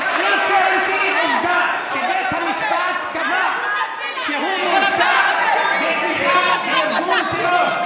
בית המשפט קבע שהוא מואשם בתמיכה בארגון טרור,